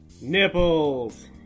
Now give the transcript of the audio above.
Nipples